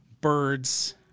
birds